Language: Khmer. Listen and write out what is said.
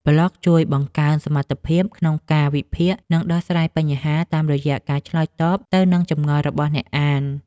ប្លក់ជួយបង្កើនសមត្ថភាពក្នុងការវិភាគ និងដោះស្រាយបញ្ហា តាមរយៈការឆ្លើយតបទៅនឹងចម្ងល់របស់អ្នកអាន។